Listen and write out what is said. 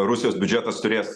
rusijos biudžetas turės